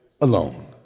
alone